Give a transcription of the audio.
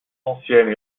anciennes